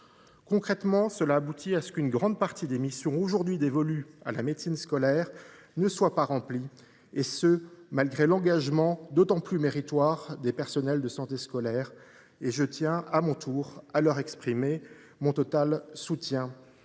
Concrètement, une grande partie des missions aujourd’hui dévolues à la médecine scolaire ne sont pas remplies, et cela malgré l’engagement, d’autant plus méritoire, des personnels de santé scolaire. Je tiens à mon tour à leur exprimer mon total soutien.